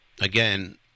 again